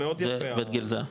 זה בית גיל זהב.